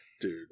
Dude